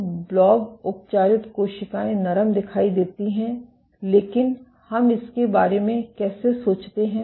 तो ब्लॉब उपचारित कोशिकाएं नरम दिखाई देती हैं लेकिन हम इसके बारे में कैसे सोचते हैं